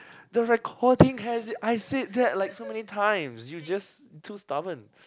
the recording has it I said that like so many times you just too stubborn